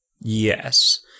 Yes